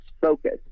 focus